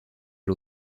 une